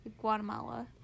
Guatemala